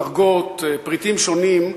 דרגות, פריטים שונים,